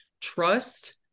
trust